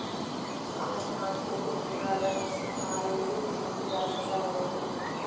आज धान कूटे के हालर मसीन आए ले ढेंकी ह नंदा गए हे